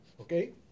okay